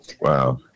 Wow